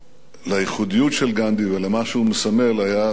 לייחודיות של גנדי ולמה שהוא מסמל היה דווקא משורר,